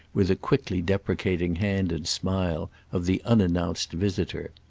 with a quickly deprecating hand and smile, of the unannounced visitor.